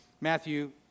Matthew